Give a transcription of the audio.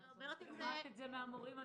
אני שומעת את זה מן המורים עצמם.